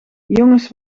jongens